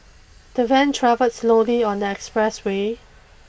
the van travelled slowly on the express way